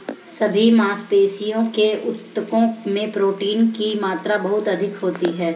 सभी मांसपेशियों के ऊतकों में प्रोटीन की मात्रा बहुत अधिक होती है